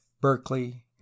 berkeley